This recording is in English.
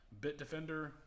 Bitdefender